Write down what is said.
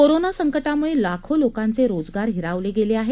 corona संकटामुळे लाखो लोकांचे रोजगार हिरावले गेले आहेत